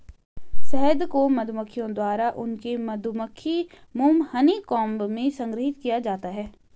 शहद को मधुमक्खियों द्वारा उनके मधुमक्खी मोम हनीकॉम्ब में संग्रहीत किया जाता है